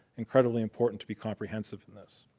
incredibly important to be comprehensive in this.